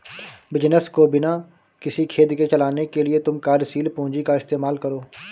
business को बिना किसी खेद के चलाने के लिए तुम कार्यशील पूंजी का इस्तेमाल करो